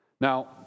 Now